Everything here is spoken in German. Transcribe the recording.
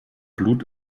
blut